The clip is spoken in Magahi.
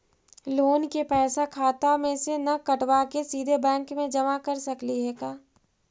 लोन के पैसा खाता मे से न कटवा के सिधे बैंक में जमा कर सकली हे का?